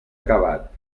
acabat